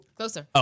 Closer